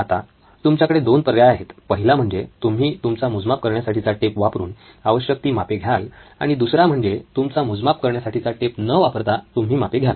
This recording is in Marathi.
आता तुमच्याकडे दोन पर्याय आहेत पहिला म्हणजे तुम्ही तुमचा मोजमाप करण्यासाठीचा टेप वापरून आवश्यक ती मापे घ्याल आणि पर्याय दुसरा म्हणजे तुमचा मोजमाप करण्यासाठीचा टेप न वापरता तुम्ही मापे घ्याल